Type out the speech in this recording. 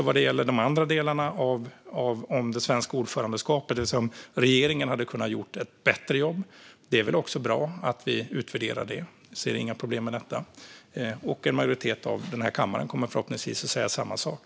Vad gäller de andra delarna av det svenska ordförandeskapet, om regeringen hade kunnat göra ett bättre jobb, är det väl bra att vi utvärderar det. Jag ser inga problem med detta. Och en majoritet av denna kammare kommer förhoppningsvis att säga samma sak.